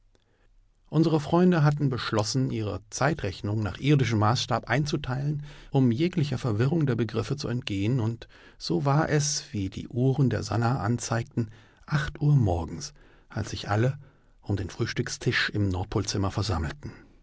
unsre freunde hatten beschlossen ihre zeitrechnung nach irdischem maßstab einzuteilen um jeglicher verwirrung der begriffe zu entgehen und so war es wie die uhren der sannah anzeigten uhr morgens als sich alle um den frühstückstisch im nordpolzimmer versammelten